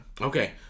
Okay